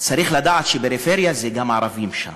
צריך לדעת שפריפריה זה גם הערבים שם,